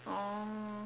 oh